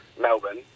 Melbourne